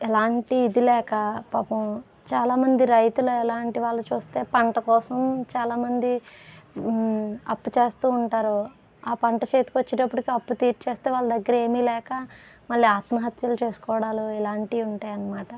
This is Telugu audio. ఎలాంటి ఇది లేక పాపం చాలామంది రైతులు అలాంటివాళ్ళను చూస్తే పంటకోసం చాలామంది అప్పు చేస్తూఉంటారు ఆ పంట చేతికొచ్చేటప్పటికీ ఆ అప్పు తీర్చేస్తే వాళ్ళ దగ్గర ఏమి లేక మళ్ళీ ఆత్మహత్యలు చేసుకోవడాలు ఇలాంటివి ఉంటాయన్నమాట